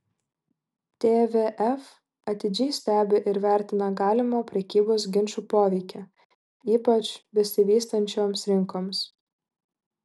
tvf atidžiai stebi ir vertina galimą prekybos ginčų poveikį ypač besivystančioms rinkoms